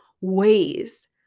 ways